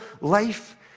life